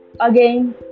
again